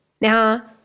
Now